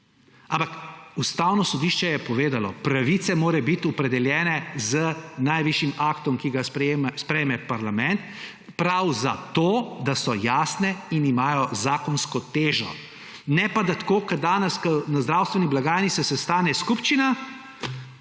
Ampak Ustavno sodišče je povedalo, pravice morajo biti opredeljene z najvišjim aktom, ki ga sprejme parlament, prav zato, da so jasne in imajo zakonsko težo. Ne pa tako kot danes, ko na zdravstveni blagajni se sestane skupščina